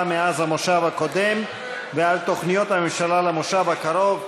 מאז המושב הקודם ועל תוכניות הממשלה למושב הקרוב,